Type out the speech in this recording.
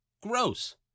Gross